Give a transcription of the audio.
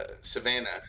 Savannah